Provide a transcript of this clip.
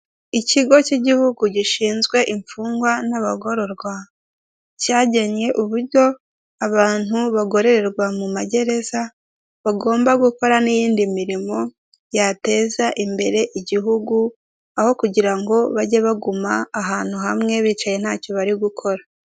Ikigo k' igihugu gishinzwe imfungwa n' abagororwa cyagennye uburyo abantu bagororerwa mu magereza bagomba gukora n' iyindi mirimo yateza imbere igihugu, aho kugira ngo bage baguma ahantu hamwe bicaye ntacyo bari gukora.